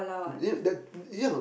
you know that yeah